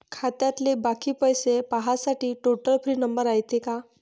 खात्यातले बाकी पैसे पाहासाठी टोल फ्री नंबर रायते का?